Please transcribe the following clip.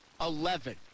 Eleven